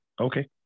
Okay